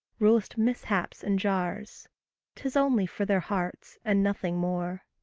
rul'st mishaps and jars tis only for their hearts, and nothing more.